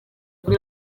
kuri